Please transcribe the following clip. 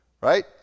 Right